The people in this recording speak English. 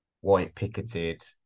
white-picketed